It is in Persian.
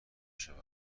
شوند